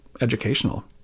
educational